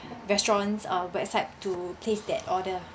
restaurants uh website to place that order